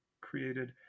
created